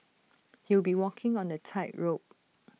he'll be walking on A tightrope